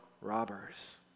robbers